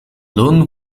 loon